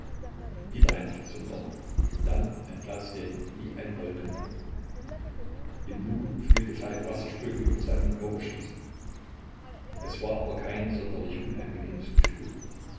wieder ein blitz und donner und dann ein platzregen wie ein wolkenbruch im nu fühlte falk wasserströme über seinen körper schießen es war aber kein sonderlich unangenehmes gefühl